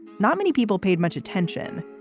not many people paid much attention,